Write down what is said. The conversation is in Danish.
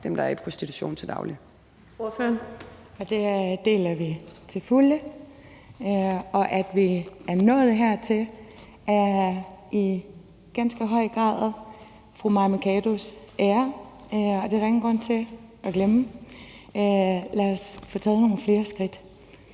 Nanna W. Gotfredsen (M): Det deler vi til fulde. At vi er nået hertil, er i ganske høj grad fru Mai Mercados ære. Det er der ingen grund til at glemme. Lad os få taget nogle flere skridt.